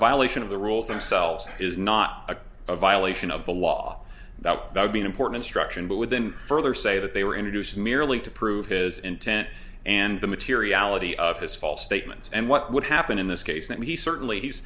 violation of the rules themselves is not a violation of the law that would be an important structure but within further say that they were introduced merely to prove his intent and the materiality of his false statements and what would happen in this case that he certainly he's